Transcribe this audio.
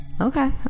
Okay